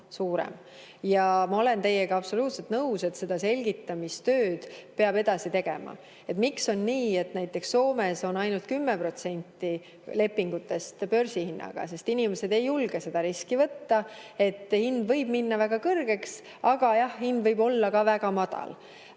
Ma olen teiega absoluutselt nõus, et selgitustööd peab edasi tegema. Miks on nii, et näiteks Soomes on ainult 10% lepingutest börsihinnaga? Sest inimesed ei julge seda riski võtta, kuna hind võib minna väga kõrgeks. Aga jah, hind võib olla ka väga madal,